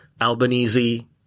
Albanese